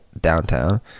downtown